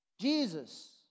Jesus